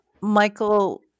Michael